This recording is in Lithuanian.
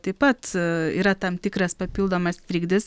taip pat yra tam tikras papildomas trikdis